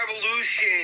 revolution